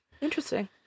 interesting